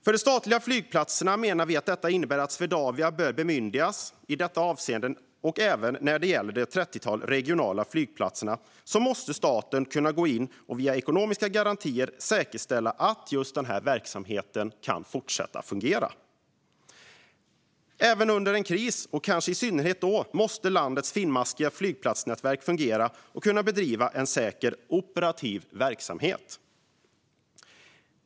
För de statliga flygplatsernas del menar vi att Swedavia bör bemyndigas i detta avseende. Även när det gäller det trettiotal regionala flygplatser som finns i landet måste staten kunna gå in och via ekonomiska garantier säkerställa att verksamheten kan fortsätta fungera. Även under en kris - och kanske i synnerhet då - måste landets finmaskiga flygplatsnätverk fungera och kunna bedriva en säker operativ verksamhet.